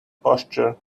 pastures